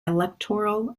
electoral